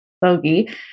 Bogey